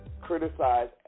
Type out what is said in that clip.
criticize